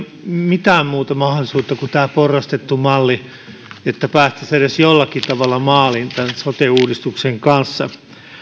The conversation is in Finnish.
mitään muuta mahdollisuutta kuin tämä porrastettu malli että päästäisiin edes jollakin tavalla maaliin tämän sote uudistuksen kanssa